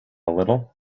little